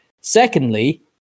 Secondly